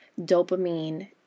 Dopamine